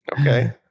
Okay